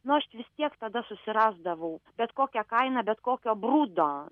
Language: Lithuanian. nu aš vis tiek tada susirasdavau bet kokia kaina bet kokio brudo